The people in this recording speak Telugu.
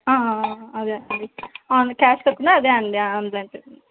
అదే అండి క్యాష్ కట్టినా అదే అండి ఆన్లైన్ పేమెంట్